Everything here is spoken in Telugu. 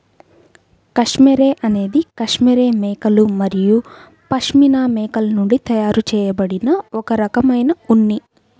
కష్మెరె అనేది కష్మెరె మేకలు మరియు పష్మినా మేకల నుండి తయారు చేయబడిన ఒక రకమైన ఉన్ని